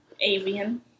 Avian